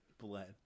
Bled